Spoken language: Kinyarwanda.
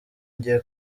ngiye